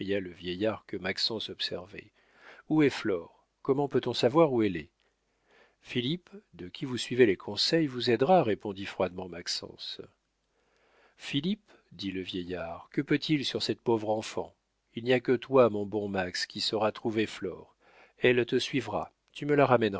le vieillard que maxence observait où est flore comment peut-on savoir où elle est philippe de qui vous suivez les conseils vous aidera répondit froidement maxence philippe dit le vieillard que peut-il sur cette pauvre enfant il n'y a que toi mon bon max qui saura trouver flore elle te suivra tu me la ramèneras